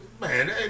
man